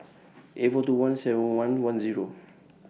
eight four two one Seven Eleven Zero